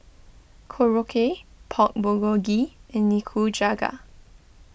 Korokke Pork Bulgogi and Nikujaga